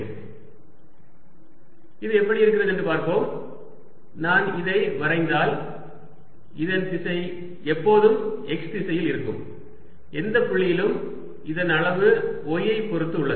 A 2yx இது எப்படி இருக்கிறது என்று பார்ப்போம் நான் இதை வரைந்தால் இதன் திசை எப்போதும் x திசையில் இருக்கும் எந்த புள்ளியிலும் இதன் அளவு y ஐ பொருத்து உள்ளது